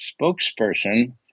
spokesperson